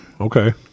Okay